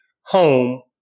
home